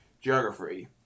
Geography